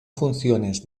funciones